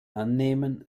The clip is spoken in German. annehmen